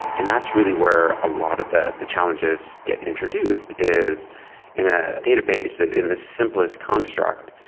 and that's really where a lot of the the challenges get introduced is in a databases, in the simplest construct.